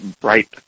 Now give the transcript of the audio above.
bright